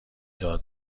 داد